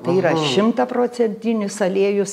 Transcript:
tai yra šimtaprocentinis aliejus